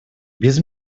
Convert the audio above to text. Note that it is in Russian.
без